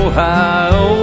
Ohio